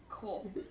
Cool